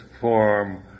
form